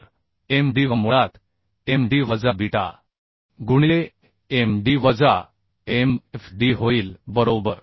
तर m d v मुळात m d वजा बीटा गुणिले m d वजा m f d होईल बरोबर